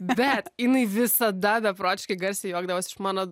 bet jinai visada beprotiškai garsiai juokdavosi iš mano